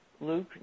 Luke